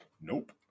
Nope